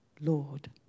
Lord